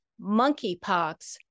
monkeypox